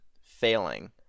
failing